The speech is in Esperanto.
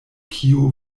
kio